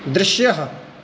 दृश्यः